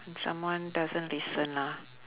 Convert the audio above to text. when someone doesn't listen lah